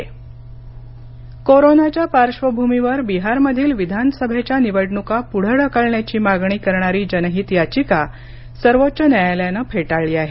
सर्वोच्च न्यायालय कोरोनाच्या पार्श्वभूमीवर बिहारमधील विधानसभेच्या निवडणुका पुढे ढकलण्याची मागणी करणारी जनहित याचिका सर्वोच्च न्यायालयानं फेटाळली आहे